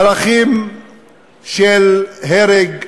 ערכים של הרג,